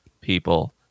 people